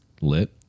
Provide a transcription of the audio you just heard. lit